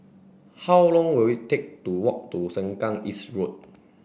how long will it take to walk to Sengkang East Road